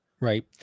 Right